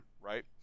right